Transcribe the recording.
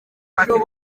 bafite